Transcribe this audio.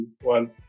one